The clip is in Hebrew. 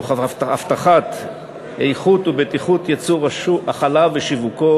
תוך הבטחת איכות ובטיחות ייצור החלב ושיווקו